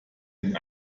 den